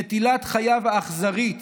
כך הוא כתב, נטילת חייו האכזרית